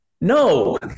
No